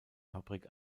fabrik